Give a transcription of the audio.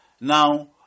now